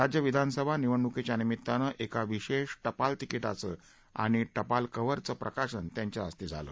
राज्यविधानसभा निवडणुकीच्य निमित्तानं एका विशेष टपाल तिकिटांचं आणि कव्हरचं प्रकाशन त्यांच्याहस्ते झालं